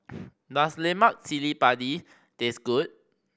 does lemak cili padi taste good